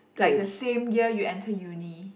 like the same year you enter uni